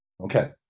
Okay